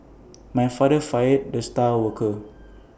my father fired the star worker